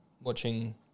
watching